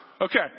Okay